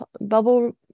bubble